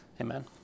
Amen